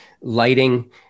lighting